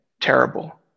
terrible